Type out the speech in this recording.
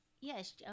Yes